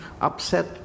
Upset